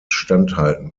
standhalten